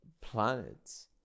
planets